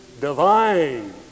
divine